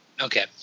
Okay